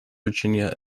virginia